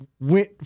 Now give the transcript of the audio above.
went